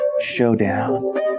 Showdown